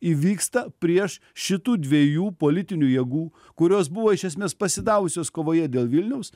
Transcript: įvyksta prieš šitų dviejų politinių jėgų kurios buvo iš esmės pasidavusios kovoje dėl vilniaus